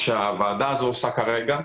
מה שהוועדה הזו עושה כרגע,